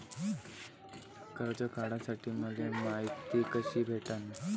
कर्ज काढासाठी मले मायती कशी भेटन?